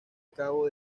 cabo